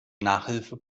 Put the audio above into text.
nachhilfe